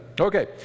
Okay